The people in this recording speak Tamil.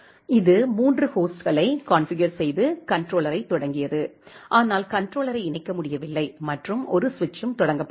எனவே இது மூன்று ஹோஸ்ட்களை கான்ஃபிகர் செய்து கண்ட்ரோலரைத் தொடங்கியது ஆனால் கண்ட்ரோலரை இணைக்க முடியவில்லை மற்றும் ஒரு சுவிட்ச்சும் தொடங்கப்பட்டது